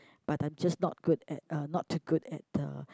but I'm just not good at uh not too good at uh